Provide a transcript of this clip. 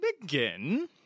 begin